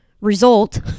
result